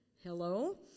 Hello